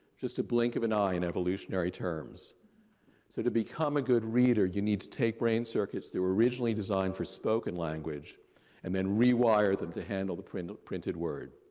just a blink of an eye in evolutionary terms. so to become a good reader, you need to take brain circuits that were originally designed for spoken language and then rewire them to handle the printed printed word.